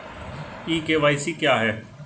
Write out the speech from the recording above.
ई KYC क्या है?